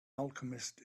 alchemist